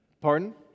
Pardon